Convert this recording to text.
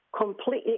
completely